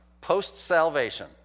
post-salvation